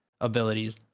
abilities